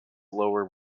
lower